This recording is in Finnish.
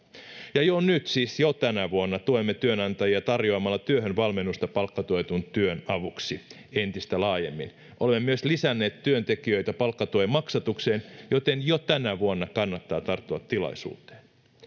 ja jo nyt siis jo tänä vuonna tuemme työnantajia tarjoamalla työhön valmennusta palkkatuetun työn avuksi entistä laajemmin olemme myös lisänneet työntekijöitä palkkatuen maksatukseen joten jo tänä vuonna kannattaa tarttua tilaisuuteen